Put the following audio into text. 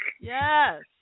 Yes